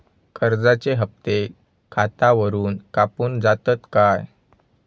कर्जाचे हप्ते खातावरून कापून जातत काय?